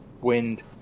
wind